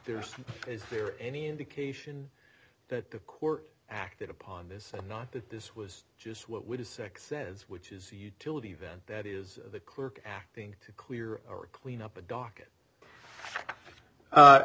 there's is there any indication that the court acted upon this and not that this was just what would a sick says which is utility then that is the clerk acting to clear or clean up a docket